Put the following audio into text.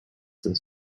this